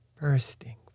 bursting